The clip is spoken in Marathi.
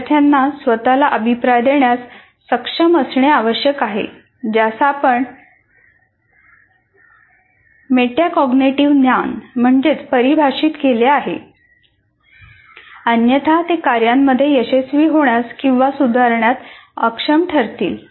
विद्यार्थ्यांना स्वतःला अभिप्राय देण्यास सक्षम असणे आवश्यक आहे ज्यास आपण मेटाकॅग्निटिव्ह ज्ञान म्हणून परिभाषित केले आहे अन्यथा ते कार्यांमध्ये यशस्वी होण्यास किंवा सुधारण्यात अक्षम ठरतील